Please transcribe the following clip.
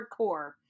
hardcore